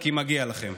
כי מגיע לכם.